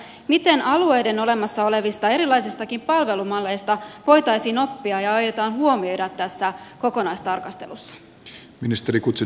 miten alueiden olemassa olevista erilaisistakin palvelumalleista voitaisiin oppia ja miten ne aiotaan huomioida tässä kokonaistarkastelussa